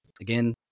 Again